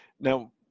Now